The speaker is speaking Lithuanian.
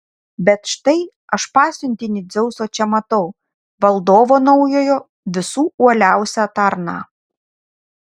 bet štai aš pasiuntinį dzeuso čia matau valdovo naujojo visų uoliausią tarną